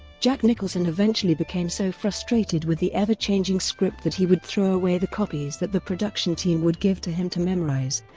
jack nicholson eventually became so frustrated with the ever-changing script that he would throw away the copies that the production team would give to him to memorize,